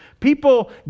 People